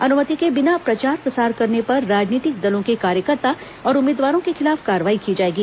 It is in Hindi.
अनुमति के बिना प्रचार प्रसार करने पर राजनीतिक दलों के कार्यकर्ता और उम्मीदवारों के खिलाफ कार्रवाई की जाएगी